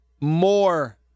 More